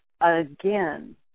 again